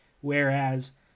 whereas